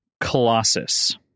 Colossus